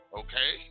okay